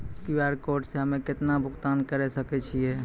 QR code से हम्मय केतना भुगतान करे सके छियै?